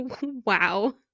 wow